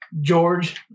George